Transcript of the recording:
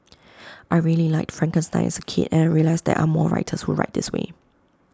I really liked Frankenstein as A kid and I realised there are more writers who write this way